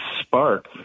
spark